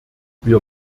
wir